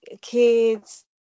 kids